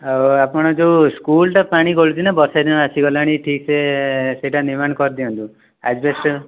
ଆଉ ଆପଣ ଯେଉଁ ସ୍କୁଲଟା ପାଣି ଗଳୁଛି ନା ବର୍ଷା ଦିନ ଆସିଗଲାଣି ଠିକ ସେ ସେହିଟା ନିର୍ମାଣ କରିଦିଅନ୍ତୁ ଆଜବେଷ୍ଟ